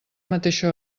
mateixa